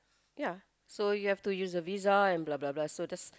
ya so you have to use the visa and blah blah blah so that's